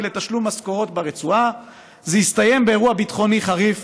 לתשלום משכורות ברצועה זה הסתיים באירוע ביטחוני חריף